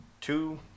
two